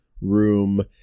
room